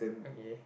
okay